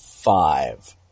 five